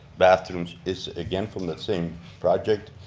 bathrooms, is again from that same project,